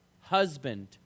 husband